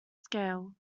scale